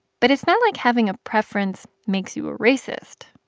but it's not like having a preference makes you a racist,